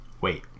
Wait